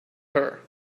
her